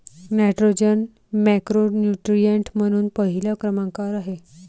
nitrogen macronutrient म्हणून पहिल्या क्रमांकावर आहे